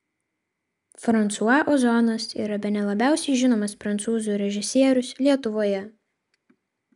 fransua ozonas yra bene labiausiai žinomas prancūzų režisierius lietuvoje